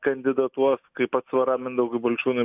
kandidatuos kaip atsvara mindaugui balčiūnui